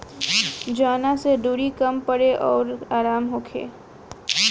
जवना से दुरी कम पड़े अउर आराम होखे